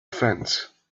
fence